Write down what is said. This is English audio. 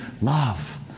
love